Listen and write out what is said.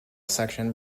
section